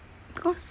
cause